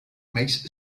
makes